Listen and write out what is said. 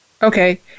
Okay